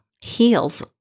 heels